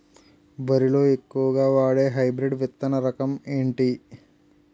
వరి లో ఎక్కువుగా వాడే హైబ్రిడ్ విత్తన రకం ఏంటి?